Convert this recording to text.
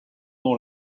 nom